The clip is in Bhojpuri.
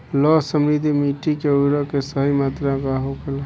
लौह समृद्ध मिट्टी में उर्वरक के सही मात्रा का होला?